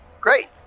great